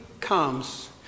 comes